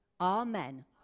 amen